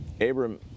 Abram